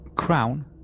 Crown